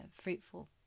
fruitful